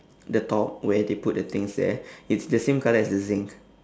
the top where they put the things there it's the same colour as the zinc